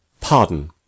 Pardon